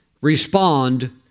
respond